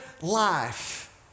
life